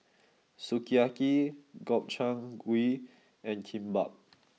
Sukiyaki Gobchang Gui and Kimbap